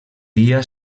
dia